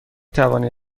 توانی